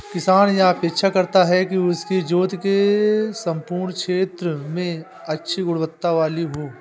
किसान यह अपेक्षा करता है कि उसकी जोत के सम्पूर्ण क्षेत्र में अच्छी गुणवत्ता वाली हो